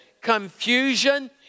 confusion